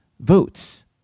votes